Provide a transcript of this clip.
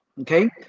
okay